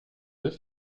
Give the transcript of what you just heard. deux